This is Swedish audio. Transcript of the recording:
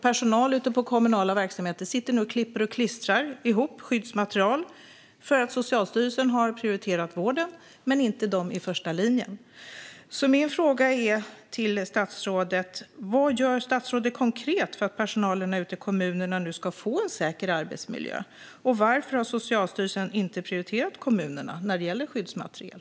Personal ute i kommunala verksamheter sitter nu och klipper och klistrar ihop skyddsmaterial, eftersom Socialstyrelsen har prioriterat vården men inte dem i första linjen. Mina frågor till statsrådet är: Vad gör statsrådet konkret för att personalen ute i kommunerna nu ska få en säker arbetsmiljö? Och varför har Socialstyrelsen inte prioriterat kommunerna när det gäller skyddsmaterial?